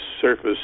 surface